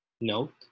Note